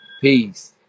Peace